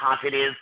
positive